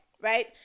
right